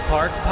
Park